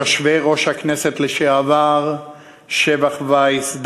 בכנסת זו ובממשלה שתואמן בה,